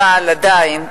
אבל עדיין,